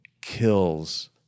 kills